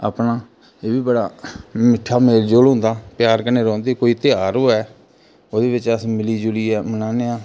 अपना एह् बी बड़ा मिट्ठा मेल जोल होंदा प्यार कन्नै रौंह्दे कोई तेहार होवै ओह्दे बिच अस मिली जुली मनाने आं